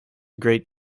great